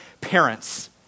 parents